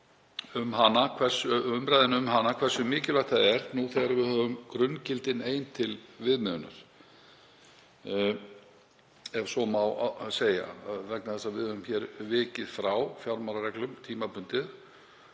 og í umræðum um hana hversu mikilvægt það er, nú þegar við höfum grunngildin ein til viðmiðunar, ef svo má segja, vegna þess að við höfum vikið frá fjármálareglum tímabundið,